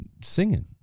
singing